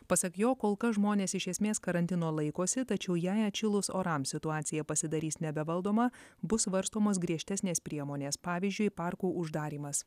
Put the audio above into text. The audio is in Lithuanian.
pasak jo kol kas žmonės iš esmės karantino laikosi tačiau jei atšilus orams situacija pasidarys nebevaldoma bus svarstomos griežtesnės priemonės pavyzdžiui parkų uždarymas